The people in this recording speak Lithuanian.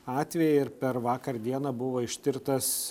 atvejai ir per vakar dieną buvo ištirtas